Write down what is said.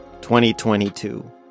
2022